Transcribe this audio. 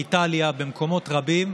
באיטליה, במקומות רבים,